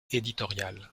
éditoriale